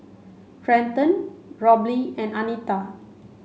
Trenten Robley and Anita